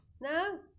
No